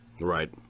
right